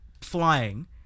flying